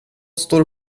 står